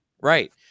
right